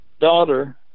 daughter